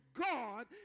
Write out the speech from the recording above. God